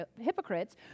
hypocrites